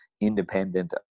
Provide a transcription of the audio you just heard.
independent